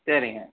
சரிங்க